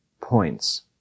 points